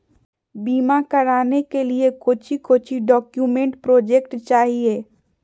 बीमा कराने के लिए कोच्चि कोच्चि डॉक्यूमेंट प्रोजेक्ट चाहिए?